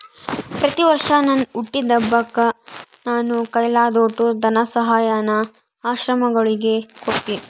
ಪ್ರತಿವರ್ಷ ನನ್ ಹುಟ್ಟಿದಬ್ಬಕ್ಕ ನಾನು ಕೈಲಾದೋಟು ಧನಸಹಾಯಾನ ಆಶ್ರಮಗುಳಿಗೆ ಕೊಡ್ತೀನಿ